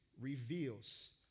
reveals